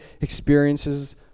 experiences